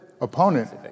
opponent